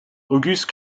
august